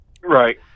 Right